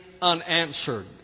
unanswered